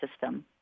system